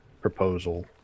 proposal